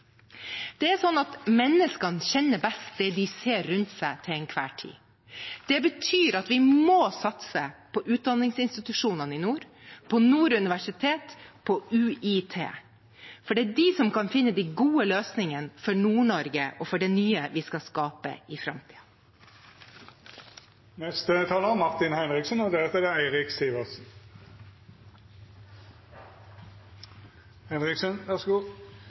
Det er sånn at menneskene kjenner best det de ser rundt seg til enhver tid. Det betyr at vi må satse på utdanningsinstitusjonene i nord, på Nord universitet og på UiT, for det er de som kan finne de gode løsningene for Nord-Norge og for det nye vi skal skape i framtiden. Jeg vil starte innlegget med å svare Senterpartiet og